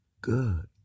good